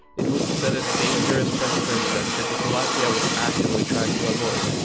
it would set a dangerous precedent that czechoslovakia was actively trying to avoid.